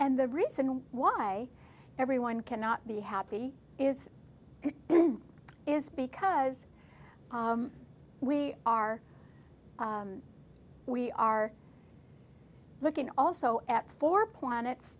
and the reason why everyone cannot be happy is is because we are we are looking also at four planets